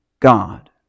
God